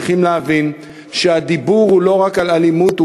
צריכים להבין שהדיבור הוא לא רק על אלימות,